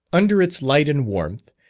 under its light and warmth,